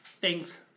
Thanks